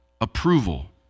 approval